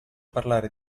parlare